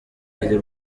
iri